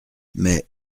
mais